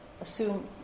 assume